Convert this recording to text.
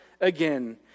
again